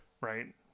Right